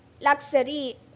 luxury